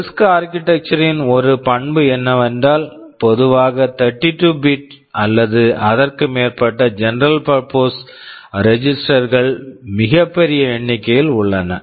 risk RISC architecture architecture ன் ஒரு பண்பு என்னவென்றால் பொதுவாக 32 பிட் bit அல்லது அதற்கு மேற்பட்ட general purpose register general purpose register கள் மிகப் பெரிய எண்ணிக்கையில் உள்ளன